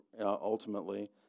ultimately